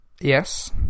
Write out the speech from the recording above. Yes